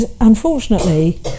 unfortunately